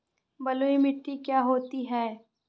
बलुइ मिट्टी क्या होती हैं?